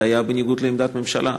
וזה היה בניגוד לעמדת הממשלה.